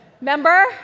Remember